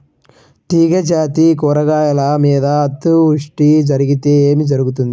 తీగజాతి కూరగాయల మీద అతివృష్టి జరిగితే ఏమి జరుగుతుంది?